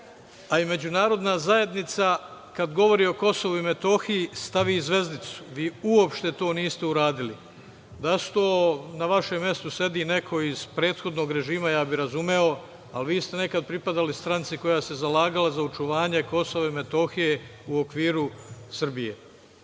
vodama.Međunarodna zajednica kada govori o Kosovu i Metohiji stavi zvezdicu. Vi uopšte to niste uradili. Da na vašem mestu sedi iz prethodnog režima, ja bih razumeo, ali vi ste nekad pripadali stranci koja se zalagala za očuvanje Kosova i Metohije u okviru Srbije.